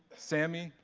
sammy,